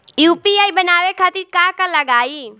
UPI बनावे खातिर का का लगाई?